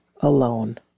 alone